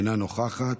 אינה נוכחת.